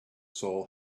soul